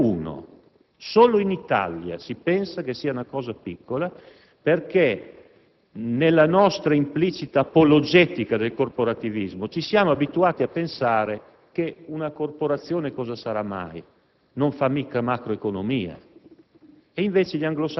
poca cosa. Solo in Italia si pensa che sia cosa piccola, perché, nella nostra implicita apologetica del corporativismo, ci siamo abituati a pensare: una corporazione cosa sarà mai? Non fa certo macroeconomia.